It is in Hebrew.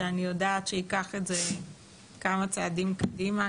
שאני יודעת שייקח את זה כמה צעדים קדימה,